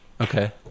Okay